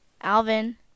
Alvin